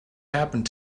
happened